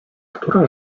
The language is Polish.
która